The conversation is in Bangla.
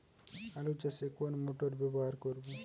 আলু চাষে কোন মোটর ব্যবহার করব?